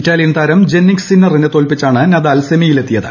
Italian താര്യം Jannik സിന്നറിനെ തോൽപ്പിച്ചാണ് നദാൽ സെമിയിലെത്തിയത്